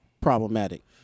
problematic